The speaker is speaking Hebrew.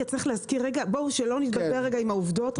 שלא נתבלבל עם העובדות,